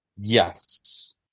Yes